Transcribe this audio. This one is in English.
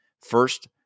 First